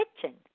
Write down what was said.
kitchen